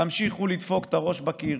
תמשיכו לדפוק את הראש בקיר